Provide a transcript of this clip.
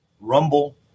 Rumble